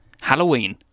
Halloween